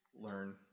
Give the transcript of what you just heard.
learn